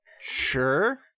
Sure